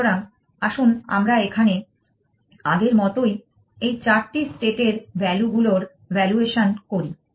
সুতরাং আসুন আমরা এখানে আগের মতই এই চারটি স্টেট এর ভ্যালু গুলোর ভালুয়েশন করি